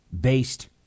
based